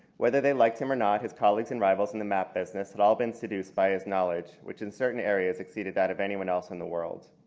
whether they liked him or not, his colleagues and rivals in the map business had ah been seduced by his knowledge which in certain areas exceeded that of anyone else in the world.